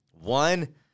One